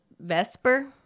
Vesper